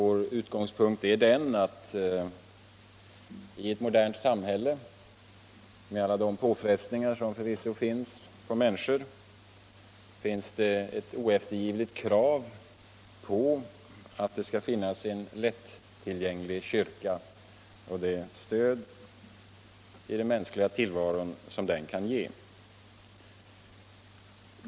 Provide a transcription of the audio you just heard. Vår utgångspunkt är att det i ett modernt samhälle med alla de påfrestningar som förvisso människor utsätts för finns ett oeftergivligt krav på att det skall finnas en lättillgänglig kyrka och ett stöd i den mänskliga tillvaron som den kan ge.